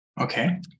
Okay